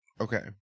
Okay